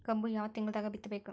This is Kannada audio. ಕಬ್ಬು ಯಾವ ತಿಂಗಳದಾಗ ಬಿತ್ತಬೇಕು?